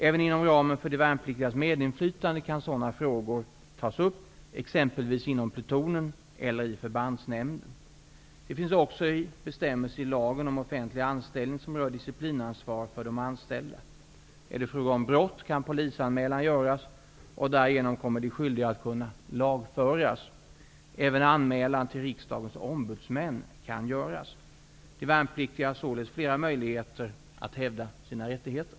Även inom ramen för de värnpliktigas medinflytande kan sådana frågor tas upp, exempelvis inom plutonen eller i förbandsnämnden. Det finns också bestämmelser i lagen om offentlig anställning som rör disciplinansvar för de anställda. Är det fråga om brott, kan polisanmälan göras och därigenom kommer de skyldiga att kunna lagföras. Även anmälan till Riksdagens ombudsmän kan göras. De värnpliktiga har således flera möjligheter att hävda sina rättigheter.